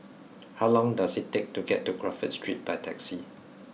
how long does it take to get to Crawford Street by taxi